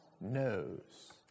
knows